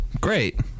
great